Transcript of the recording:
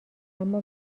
اما